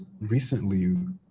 recently